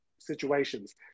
situations